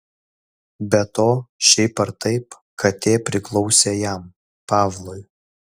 be to šiaip ar taip katė priklausė jam pavlui